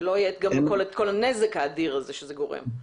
וכך למנוע את כל הנזק האדיר שהם גורמים.